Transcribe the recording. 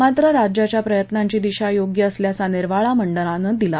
मात्र राज्याच्या प्रयत्त्नांची दिशा योग्य असल्याचा निर्वाळा मंडळानं दिला